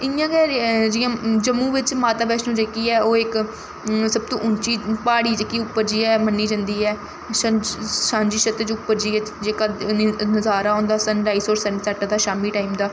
इ'यां गै जि'यां जम्मू बिच्च माता बैष्णो जेह्की ऐ ओह् इक सब तो उच्ची प्हाड़ी जेह्की उप्पर जाइयै मन्नी जंदी ऐ सांझी छत्त उप्पर जाइयै जेह्का नजारा होंदा सन राइज होर सन सैट्ट दा शामी टाइम दा